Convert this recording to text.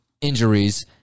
injuries